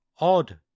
odd